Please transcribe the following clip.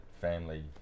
family